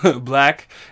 black